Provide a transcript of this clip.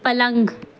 پلنگ